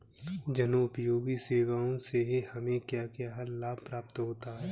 जनोपयोगी सेवा से हमें क्या क्या लाभ प्राप्त हो सकते हैं?